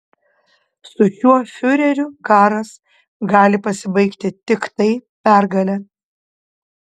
su šiuo fiureriu karas gali pasibaigti tiktai pergale